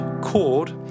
chord